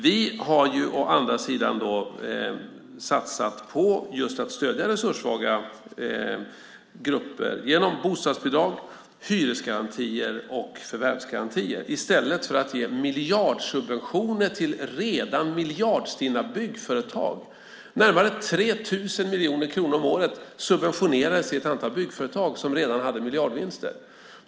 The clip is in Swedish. Vi har satsat på just att stödja resurssvaga grupper genom bostadsbidrag, hyresgarantier och förvärvsgarantier i stället för att ge miljardsubventioner till redan miljardstinna byggföretag. Med närmare 3 000 miljoner kronor om året subventionerades ett antal byggföretag som redan hade miljardvinster.